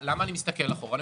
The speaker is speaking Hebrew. למה אני מסתכל אחורה?